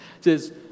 says